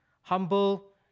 humble